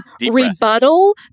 rebuttal